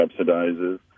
subsidizes